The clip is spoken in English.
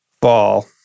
ball